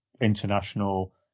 international